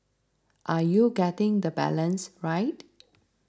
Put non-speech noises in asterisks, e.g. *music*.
are you getting the balance right *noise*